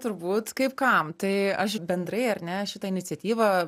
turbūt kaip kam tai aš bendrai ar ne šitą iniciatyvą